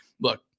look